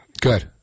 Good